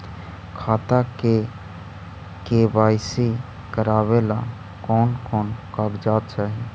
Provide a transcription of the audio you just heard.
खाता के के.वाई.सी करावेला कौन कौन कागजात चाही?